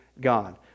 God